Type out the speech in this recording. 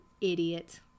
idiot